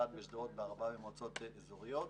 אחד בשדרות וארבעה במועצות אזוריות,